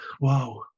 Wow